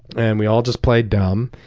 and we all just played dumb.